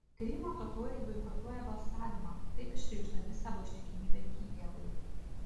krymo totoriai boikotuoja balsavimą taip išreikšdami savo ištikimybę kijevui